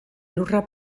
lurra